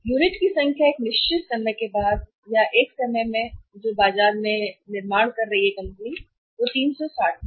unit की संख्या वे एक निश्चित समय में या शायद एक समय में बाजार में निर्माण कर रहे हैं वर्ष 360 सही है